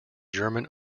german